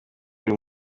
buri